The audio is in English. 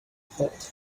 thought